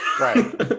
Right